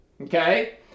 Okay